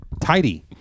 tidy